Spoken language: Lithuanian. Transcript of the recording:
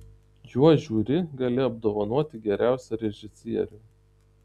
juo žiuri gali apdovanoti geriausią režisierių